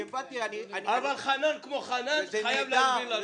אבל חנן כמו חנן חייב להסביר.